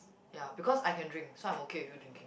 ya because I can drink so I'm okay with you drinking